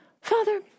Father